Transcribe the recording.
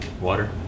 Water